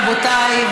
רבותיי,